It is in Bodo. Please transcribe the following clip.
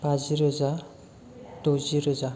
बाजि रोजा द'जि रोजा